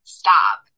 stop